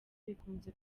bikunze